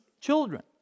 children